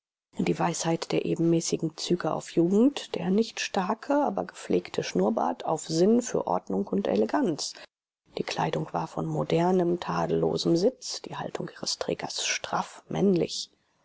die weichheit der ebenmäßigen züge auf jugend der nicht starke aber gepflegte schnurrbart auf sinn für ordnung und eleganz die kleidung war von modernem tadellosem sitz die haltung ihres trägers straff männlich